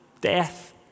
death